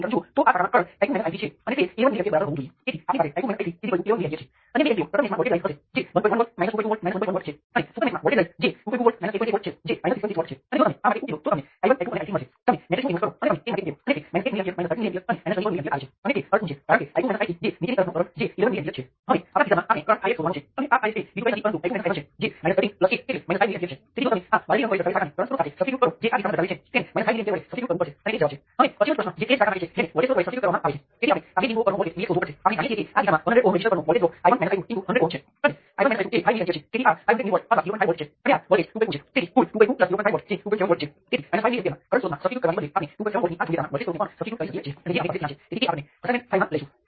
circuit હંમેશની જેમ internal circuit ખૂબ જટિલ હોઈ શકે છે પરંતુ જ્યાં સુધી તમને ટર્મિનલ્સની ફક્ત તે જ જોડીઓને સંપૂર્ણ જટિલ સર્કિટ અથવા ઇક્વિવેલન્ટ સર્કિટ સાથે એક્સેસ આપવામાં આવે ત્યાં સુધી તેમને કોઈ ફરક પડશે નહીં